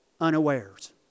unawares